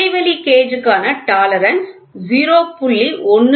இடைவெளி கேஜ் க்கான டாலரன்ஸ் 0